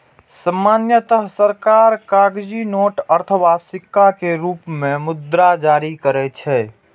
सामान्यतः सरकार कागजी नोट अथवा सिक्का के रूप मे मुद्रा जारी करै छै